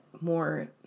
more